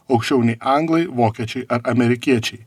aukščiau nei anglai vokiečiai ar amerikiečiai